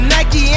Nike